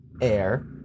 Air